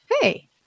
Hey